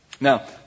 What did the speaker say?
Now